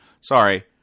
sorry